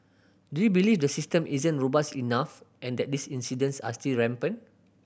do you believe the system isn't robust enough and that these incidents are still rampant